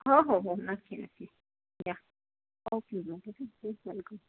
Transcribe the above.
हो हो हो नक्की नक्की या ओके मॅम ठीक आहे प्लीज वेलकम